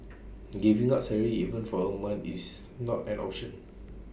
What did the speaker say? giving up salary even for A month is not an option